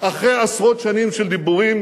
אחרי עשרות שנים של דיבורים